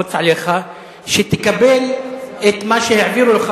ללחוץ עליך שתקבל את מה שהעבירו לך